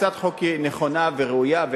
הצעת החוק נכונה וראויה,